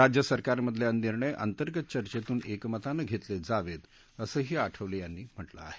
राज्य सरकारमधले निर्णय अंतर्गत चर्चेतून एकमतानं घेतले जावेत असंही आठवले यांनी म्हटलं आहे